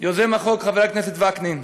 יוזם החוק, חבר הכנסת וקנין,